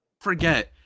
forget